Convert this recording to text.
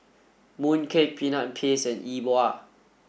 mooncake peanut paste and E Bua